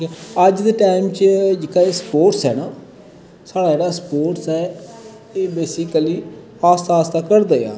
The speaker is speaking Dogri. अज्ज दे टाईम च जेह्का एह् स्पोर्टस ऐ ना साढ़ा जेह्ड़ा स्पोर्टस ऐ एह् बेसिकली आस्ता आस्ता घटदा जा दा